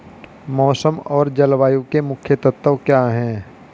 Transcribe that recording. मौसम और जलवायु के मुख्य तत्व क्या हैं?